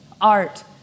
art